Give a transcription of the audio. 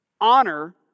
Honor